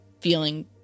feeling